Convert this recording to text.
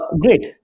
great